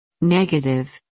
Negative